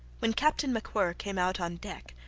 when captain macwhirr came out on deck,